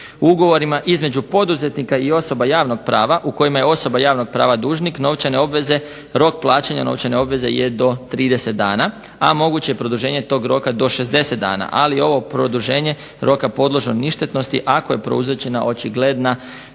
U ugovorima između poduzetnika i osoba javnog prava u kojima je osoba javnog prava dužnik novčane obveze rok plaćanja novčane obveze je do 30 dana, a moguće je produženje tog roka do 60 dana, ali ovo produženje roka podložno je ništetnosti ako je prouzročena očigledna